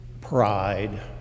Pride